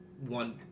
one